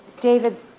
David